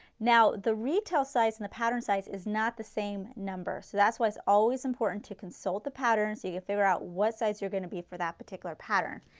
now the retail size and the pattern size is not the same number. so that's why it's always important to consult the patterns. you can figure out what size you are going to be for that particular pattern.